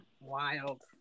Wild